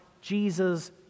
Jesus